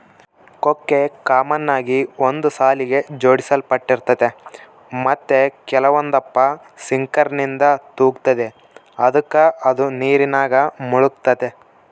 ಕೊಕ್ಕೆ ಕಾಮನ್ ಆಗಿ ಒಂದು ಸಾಲಿಗೆ ಜೋಡಿಸಲ್ಪಟ್ಟಿರ್ತತೆ ಮತ್ತೆ ಕೆಲವೊಂದಪ್ಪ ಸಿಂಕರ್ನಿಂದ ತೂಗ್ತತೆ ಅದುಕ ಅದು ನೀರಿನಾಗ ಮುಳುಗ್ತತೆ